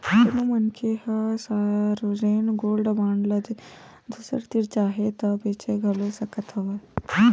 कोनो मनखे ह सॉवरेन गोल्ड बांड ल दूसर तीर चाहय ता बेंच घलो सकत हवय